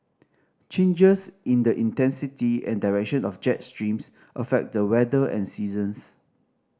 changes in the intensity and direction of jet streams affect the weather and seasons